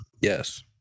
Yes